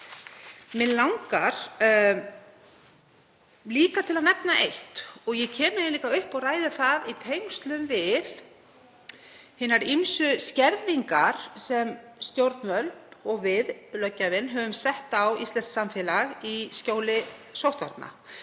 hins vegar líka að nefna eitt og ég kem hingað upp og ræði það í tengslum við hinar ýmsu skerðingar sem stjórnvöld og við, löggjafinn, höfum sett á íslenskt samfélag í skjóli sóttvarna.